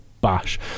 bash